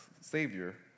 Savior